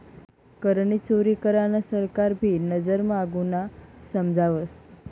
करनी चोरी करान सरकार भी नजर म्हा गुन्हा समजावस